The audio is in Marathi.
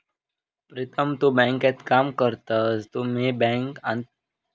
प्रीतम तु बँकेत काम करतस तुम्ही आंतरबँक व्यवहार कशे करतास?